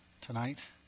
tonight